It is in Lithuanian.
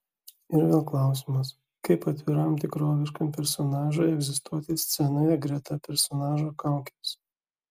ir vėl klausimas kaip atviram tikroviškam personažui egzistuoti scenoje greta personažo kaukės